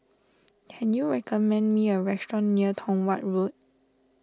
can you recommend me a restaurant near Tong Watt Road